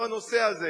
בנושא הזה.